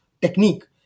technique